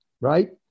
right